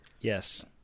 Yes